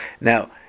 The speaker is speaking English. Now